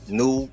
new